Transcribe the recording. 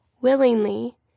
willingly